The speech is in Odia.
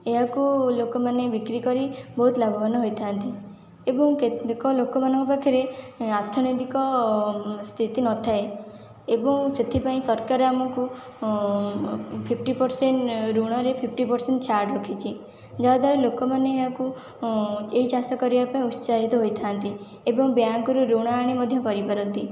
ଏହାକୁ ଲୋକମାନେ ବିକ୍ରି କରି ବହୁତ ଲାଭବାନ ହୋଇଥାନ୍ତି ଏବଂ କେତେକ ଲୋକମାନଙ୍କ ପାଖରେ ଅର୍ଥନୈତିକ ସ୍ଥିତି ନଥାଏ ଏବଂ ସେଥିପାଇଁ ସରକାର ଆମକୁ ଫିଫଟୀ ପରସେଣ୍ଟ ଋଣରେ ଫିଫଟୀ ପରସେଣ୍ଟ ଛାଡ଼ ରଖିଛି ଯାହାଦ୍ୱାରା ଲୋକମାନେ ଏହାକୁ ଏହି ଚାଷ କରିବାପାଇଁ ଉତ୍ସାହିତ ହୋଇଥାନ୍ତି ଏବଂ ବ୍ୟାଙ୍କରୁ ଋଣ ଆଣି ମଧ୍ୟ କରିପାରନ୍ତି